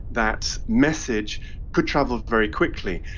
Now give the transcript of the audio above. that message could travel very quickly,